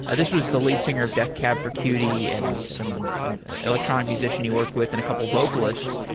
ah this was the lead singer of death cab for cutie and some electronic musician you worked with and a couple of vocalists,